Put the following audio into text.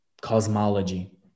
cosmology